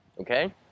okay